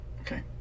Okay